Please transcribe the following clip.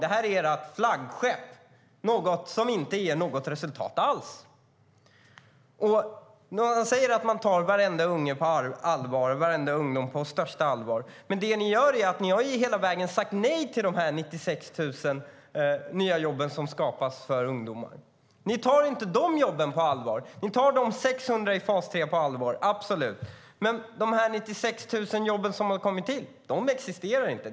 Det här är ert flaggskepp, något som inte ger något resultat alls. Ni säger att ni tar varenda unge och varenda ungdom på största allvar, men ni har hela vägen sagt nej till de 96 000 nya jobben som har skapats för ungdomar. Ni tar inte de jobben på allvar. Ni tar de 600 i fas 3 på allvar, absolut. Men de 96 000 som har kommit till existerar inte.